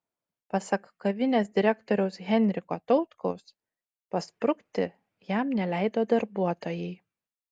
pasak kavinės direktoriaus henriko tautkaus pasprukti jam neleido darbuotojai